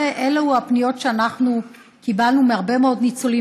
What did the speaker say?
אלה פניות שאנחנו קיבלנו מהרבה מאוד ניצולים,